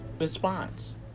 response